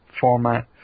format